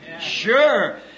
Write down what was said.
Sure